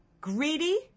greedy